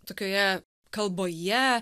tokioje kalboje